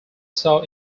saw